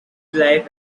life